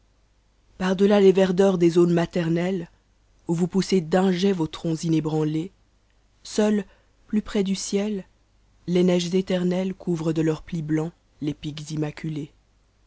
par delà les verdeurs des zones maternelles ou vous poessez d'un jet vos troncs inébraniés seules plus près du ciel les neiges éternelles couvrent de leurs plis blancs les pics immacules